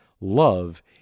love